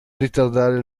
ritardare